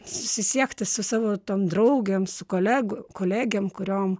susisiekti su savo tom draugėm su koleg kolegėm kuriom